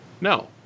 no